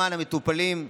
למען המטופלים,